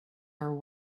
her